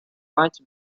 might